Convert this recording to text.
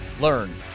learn